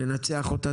לנצח אותה,